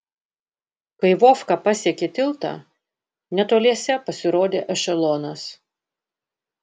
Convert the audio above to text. kai vovka pasiekė tiltą netoliese pasirodė ešelonas